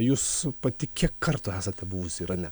jūs pati kiek kartų esate buvus irane